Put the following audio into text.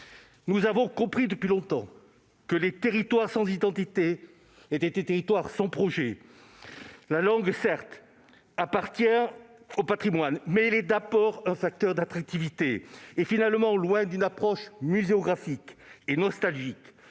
nous avons compris depuis longtemps que les territoires sans identité étaient des territoires sans projet. La langue appartient certes au patrimoine, mais elle est d'abord un facteur d'attractivité, et finalement, loin d'une approche muséographique et nostalgique,